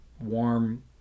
warm